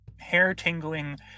hair-tingling